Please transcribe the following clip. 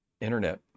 internet